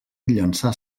llançà